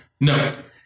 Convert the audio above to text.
No